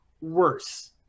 worse